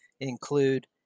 include